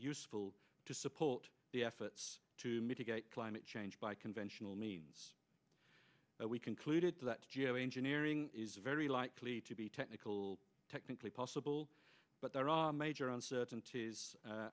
useful to support the efforts to mitigate climate change by conventional means we concluded that geo engineering is very likely to be technical technically possible but there are major uncertainties a